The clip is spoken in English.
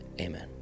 Amen